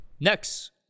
Next